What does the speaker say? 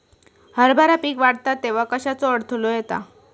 हरभरा पीक वाढता तेव्हा कश्याचो अडथलो येता?